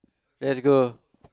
let's go